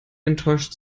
enttäuscht